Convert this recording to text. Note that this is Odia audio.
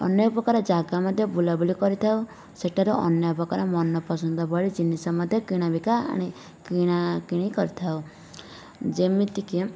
ଅନ୍ୟ ପ୍ରକାର ଯାଗା ମଧ୍ୟ ବୁଲାବୁଲି କରିଥାଉ ସେଠାରେ ଅନ୍ୟ ପ୍ରକାର ମନପସନ୍ଦ ଭଳି ଜିନିଷ ମଧ୍ୟ କିଣାବିକା କିଣାକିଣି କରିଥାଉ ଯେମିତିକି